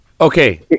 Okay